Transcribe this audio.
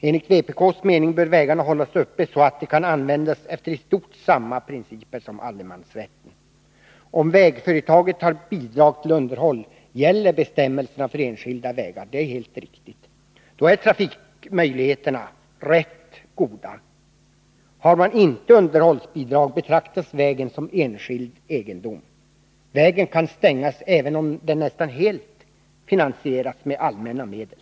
Enligt vpk:s mening bör vägarna hållas öppna, så att de kan användas efter i stort samma principer som gäller för allemansrätten. Om vägföretaget får bidrag till underhåll, gäller bestämmelserna för enskilda vägar — det är helt riktigt. Då är trafikmöjligheterna rätt goda. Om underhållsbidrag inte utgår, betraktas vägen som enskild egendom. Vägen kan då stängas även om den nästan helt finansierats med allmänna medel.